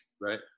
Right